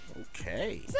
Okay